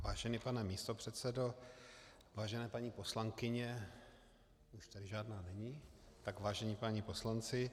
Vážený pane místopředsedo, vážené paní poslankyně už tady žádná není, tak vážení páni poslanci.